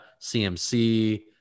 CMC